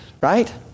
Right